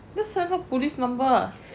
just send her police number